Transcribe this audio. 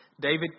David